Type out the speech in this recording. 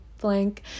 Blank